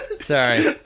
Sorry